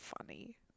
funny